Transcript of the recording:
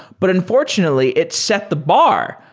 but unfortunately, it set the bar.